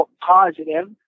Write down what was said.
positive